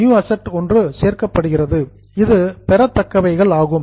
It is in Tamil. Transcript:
நியூ அசட் புதிய சொத்து ஒன்று சேர்க்கப்பட்டுள்ளது இது ரிசிவபிள்ஸ் பெறத்தக்கவைகள் ஆகும்